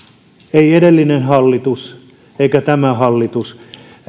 ei edellinen hallitus eikä tämä hallitus